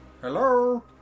Hello